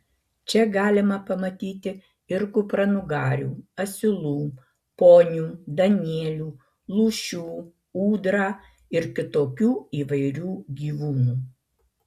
čia galima pamatyti ir kupranugarių asilų ponių danielių lūšių ūdrą ir kitokių įvairių gyvūnų